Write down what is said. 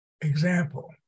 example